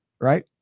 Right